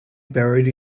buried